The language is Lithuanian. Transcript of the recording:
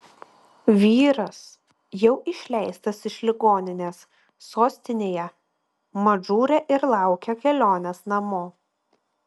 vyras jau išleistas iš ligoninės sostinėje madžūre ir laukia kelionės namo